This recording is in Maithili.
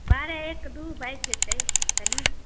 बारह एक दू बाजि जयतै कनि